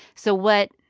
so what,